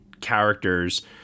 characters